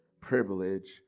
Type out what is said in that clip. privilege